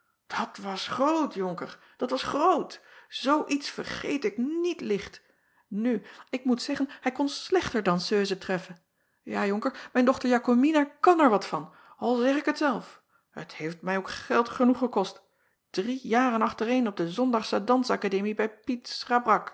at was groot onker dat was groot oo iets vergeet ik niet licht u ik moet zeggen hij kon slechter danseuse treffen ja onker mijn dochter akomina kan er wat van al zeg ik het zelf het heeft mij ook geld genoeg gekost drie jaren achtereen op de ondagsche dansakademie bij iet